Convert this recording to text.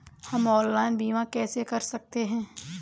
हम ऑनलाइन बीमा कैसे कर सकते हैं?